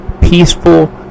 peaceful